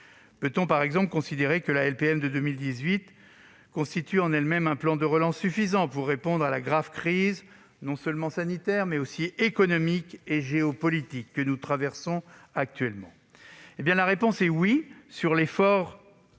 Peut-on ainsi considérer que la LPM de 2018 constitue en elle-même un plan de relance suffisant pour répondre à la grave crise, non seulement sanitaire, mais aussi économique et géopolitique, que nous traversons actuellement ? Oui, l'effort